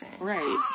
Right